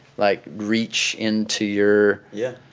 like, reach into your yeah